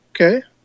Okay